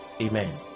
amen